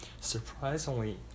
Surprisingly